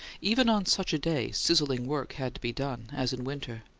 even on such a day, sizzling work had to be done, as in winter.